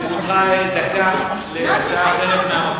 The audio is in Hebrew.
לרשותך דקה להצעה אחרת.